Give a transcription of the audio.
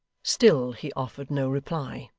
still he offered no reply.